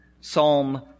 Psalm